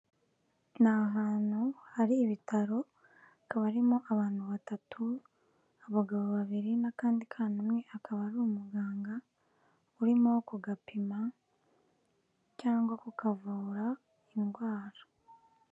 Ni ahantu hari ibitaro hakaba harimo abantu batatu abagabo babiri n'akandi kana, umwe akaba ari umuganga urimo kugapima cyangwa uri kukavura indwara.